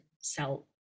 sell